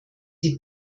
die